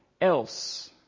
else